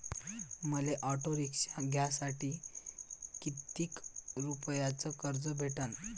मले auto rickshaw घ्यासाठी कितीक रुपयाच कर्ज भेटनं?